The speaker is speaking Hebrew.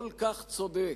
כל כך צודק,